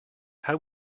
how